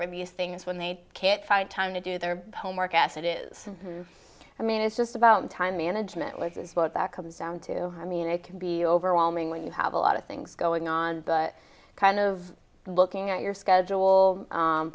from these things when they can't find time to do their homework as it is i mean it's just about time management which is what that comes down to i mean it can be overwhelming when you have a lot of things going on but kind of looking at your schedule